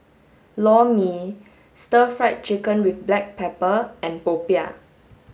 lor mee stir fried chicken with black pepper and popiah